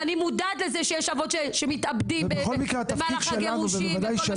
ואני מודעת לכך שיש רבות שמתאבדים במהלך הגירושים.